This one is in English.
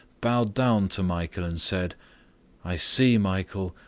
bowed down to michael, and said i see, michael,